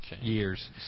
years